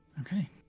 Okay